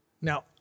Now